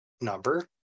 number